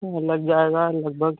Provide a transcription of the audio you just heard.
लग जाएगा लगभग